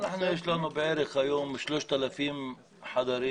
היום יש לנו כ-3,000 חדרים